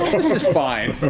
this is fine. ah